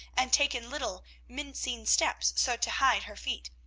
and taken little, mincing steps, so to hide her feet,